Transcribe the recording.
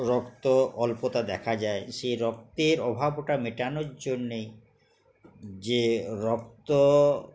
রক্ত অল্পতা দেখা যায় সেই রক্তের অভাবটা মেটানোর জন্যেই যে রক্ত